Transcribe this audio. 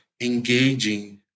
engaging